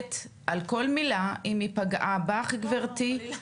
מתנצלת על כל מילה אם היא פגעה בך, גברתי.